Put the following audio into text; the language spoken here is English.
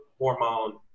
hormone